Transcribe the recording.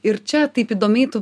ir čia taip įdomiai tu